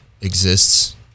exists